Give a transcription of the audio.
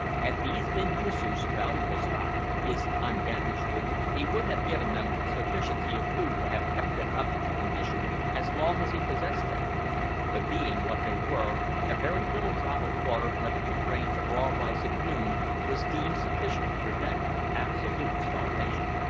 had these been yoosoof's valuable stock, his undamaged goods, he would have given them a sufficiency of food to have kept them up to condition as long as he possessed them but being what they were, a very little drop of water and a few grains of raw rice at noon was deemed sufficient to prevent absolute starvation.